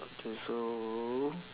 okay so